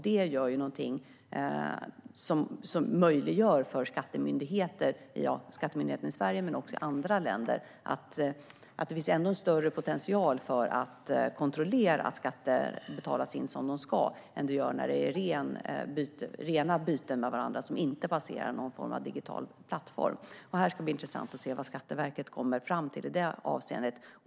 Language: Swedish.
Det gör att skattemyndigheterna i Sverige och i andra länder får större möjligheter att kontrollera att skatter betalas in som de ska än när det är rena byten som inte passerar någon form av digital plattform. Det ska bli intressant att se vad Skatteverket kommer fram till i det avseendet.